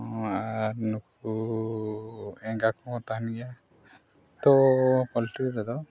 ᱟᱨ ᱱᱩᱠᱩ ᱮᱸᱜᱟ ᱠᱚᱦᱚᱸ ᱠᱚ ᱛᱟᱦᱮᱱ ᱜᱮᱭᱟ ᱛᱳ ᱯᱳᱞᱴᱨᱤ ᱨᱮᱫᱚ